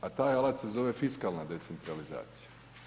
A taj alat se zove fiskalna decentralizacija.